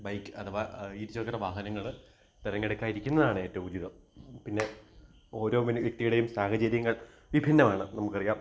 bike അഥവാ ഇരുചക്ര വാഹനങ്ങൾ തിരഞ്ഞെടുക്കാതെ ഇരിക്കുന്നതാണ് ഏറ്റവും ഉചിതം പിന്നെ ഓരോ മ വ്യക്തിയുടെയും സാഹചര്യങ്ങൾ വിഭിന്നമാണ് നമുക്ക് അറിയാം